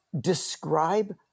describe